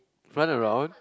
run around